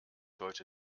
heute